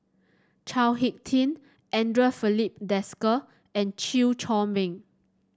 Chao HicK Tin Andre Filipe Desker and Chew Chor Meng